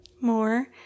more